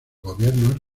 gobiernos